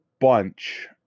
bunch